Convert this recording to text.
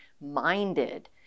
minded